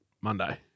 Monday